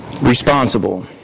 responsible